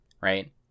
right